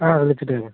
ആ വിളിച്ചിട്ട് വരാം